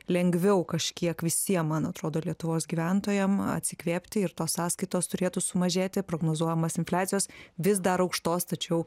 lengviau kažkiek visiem man atrodo lietuvos gyventojam atsikvėpti ir tos sąskaitos turėtų sumažėti prognozuojamas infliacijos vis dar aukštos tačiau